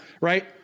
right